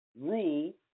rule